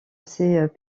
ses